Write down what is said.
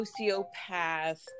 sociopath